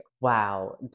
wow